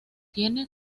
tiene